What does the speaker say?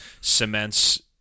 cements